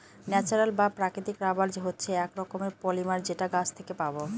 natural বা প্রাকৃতিক rubber হচ্ছে এক রকমের পলিমার যেটা গাছ থেকে পাবো